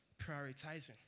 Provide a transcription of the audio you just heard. prioritizing